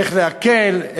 איך להקל.